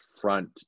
front